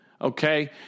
okay